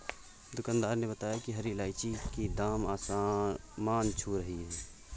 दुकानदार ने बताया कि हरी इलायची की दाम आसमान छू रही है